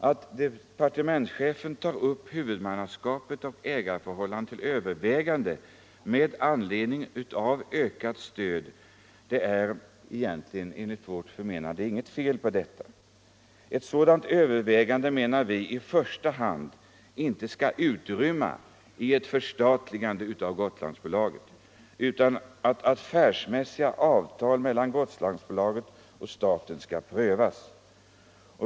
Att departementschefen tar upp huvudmannaskapet och ägarförhållandet till övervägande med anledning av ökat stöd är egentligen, enligt vårt förmenande, inget fel. Ett sådant övervägande skall, menar vi, inte i första hand utmynna i ett förstatligande av Gotlandsbolaget utan i att affärsmässiga avtal mellan Gotlandsbolaget och staten skall prövas.